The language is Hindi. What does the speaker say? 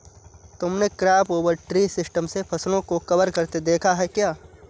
तुमने क्रॉप ओवर ट्री सिस्टम से फसलों को कवर करते देखा है क्या?